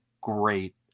great